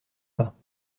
pas